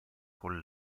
con